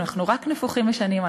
אנחנו רק נפוחים משנים,